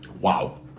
Wow